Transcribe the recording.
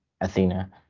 Athena